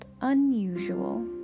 unusual